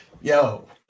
Yo